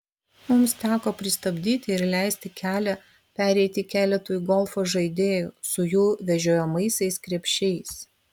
mums teko pristabdyti ir leisti kelią pereiti keletui golfo žaidėjų su jų vežiojamaisiais krepšiais